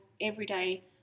everyday